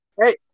hey